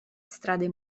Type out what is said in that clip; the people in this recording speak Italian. strade